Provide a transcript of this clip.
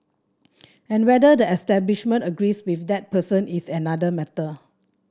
and whether the establishment agrees with that person is another matter